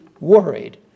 worried